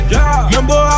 Remember